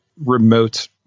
remote